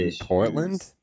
Portland